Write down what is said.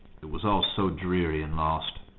it was all so dreary and lost!